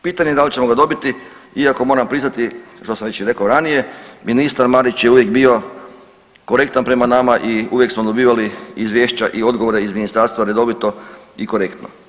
Pitanje dal ćemo ga dobiti, iako moram priznati što sam već rekao i ranije, ministar Marić je uvijek bio korektan prema nama i uvijek smo dobivali izvješća i odgovore iz ministarstva redovito i korektno.